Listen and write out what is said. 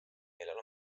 millel